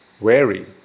wary